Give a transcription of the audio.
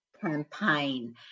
campaign